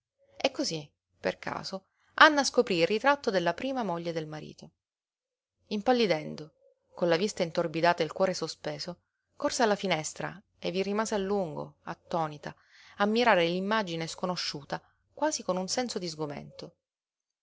e cosí per caso anna scoprí il ritratto della prima moglie del marito impallidendo con la vista intorbidata e il cuore sospeso corse alla finestra e vi rimase a lungo attonita a mirare l'immagine sconosciuta quasi con un senso di sgomento